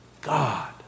God